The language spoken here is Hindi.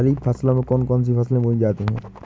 खरीफ मौसम में कौन कौन सी फसलें बोई जाती हैं?